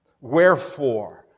Wherefore